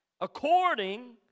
according